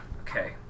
Okay